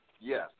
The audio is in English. Yes